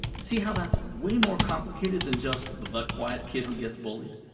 see how that's way more complicated than just the quiet kid who gets bullied?